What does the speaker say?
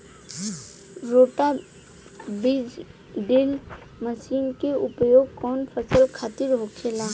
रोटा बिज drill machine के उपयोग कऊना फसल खातिर होखेला?